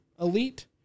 elite